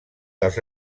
dels